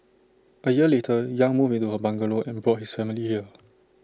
A year later yang moved into her bungalow and brought his family here